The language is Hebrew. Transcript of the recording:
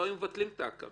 לא היו מבטלים לו את ההכרה,